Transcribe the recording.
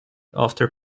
after